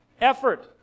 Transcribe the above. effort